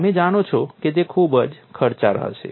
તમે જાણો છો કે તે ખૂબ ખર્ચાળ હશે